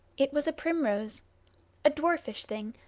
it was a primrose a dwarfish thing,